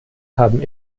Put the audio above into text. haben